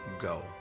go